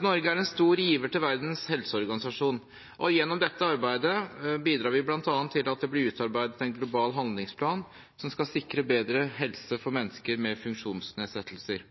Norge er en stor giver til Verdens helseorganisasjon, og gjennom dette arbeidet bidrar vi bl.a. til at det blir utarbeidet en global handlingsplan som skal sikre bedre helse for mennesker med funksjonsnedsettelser.